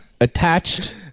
attached